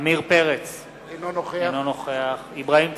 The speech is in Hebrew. עמיר פרץ, אינו נוכח אברהים צרצור,